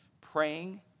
praying